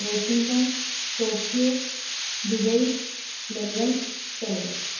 Washington Tokyo Dubai London Paris